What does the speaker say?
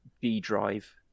B-Drive